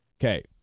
Okay